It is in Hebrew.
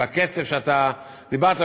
בקצב שאתה דיברת,